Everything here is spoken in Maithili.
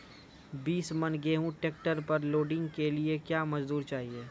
बीस मन गेहूँ ट्रैक्टर पर लोडिंग के लिए क्या मजदूर चाहिए?